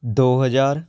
ਦੋ ਹਜ਼ਾਰ